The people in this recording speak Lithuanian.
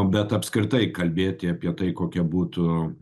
bet apskritai kalbėti apie tai kokia būtų